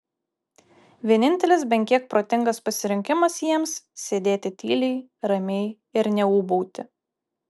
vienintelis bent kiek protingas pasirinkimas jiems sėdėti tyliai ramiai ir neūbauti